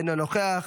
אינו נוכח,